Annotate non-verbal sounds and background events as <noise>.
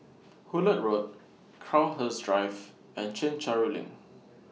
Hullet Road Crowhurst Drive and Chencharu LINK <noise>